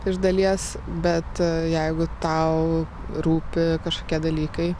iš dalies bet jeigu tau rūpi kažkokie dalykai